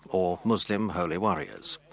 or muslim holy warriors.